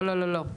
לא, לא.